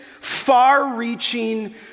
far-reaching